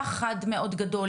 פחד מאוד גדול,